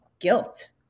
guilt